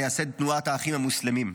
מייסד תנועת האחים המוסלמים.